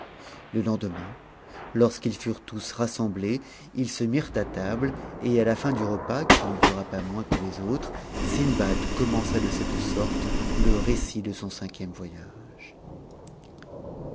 le lendemain lorsqu'ils furent tous rassemblés ils se mirent à table et à la fin du repas qui ne dura pas nions que les autres sindbab commença de cette sorte le récit de son quième voyage